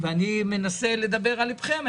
אני מנסה לדבר על ליבכם.